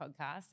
podcast